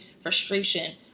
frustration